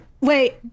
Wait